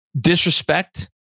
disrespect